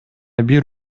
бир